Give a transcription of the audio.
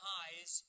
eyes